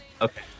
Okay